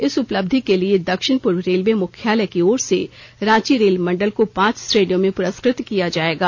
इस उपलब्धि के लिए दक्षिण पूर्व रेल मुख्यालय की ओर से रांची रेल मंडल को पांच श्रेणियों में प्रस्कृत किया जायेगा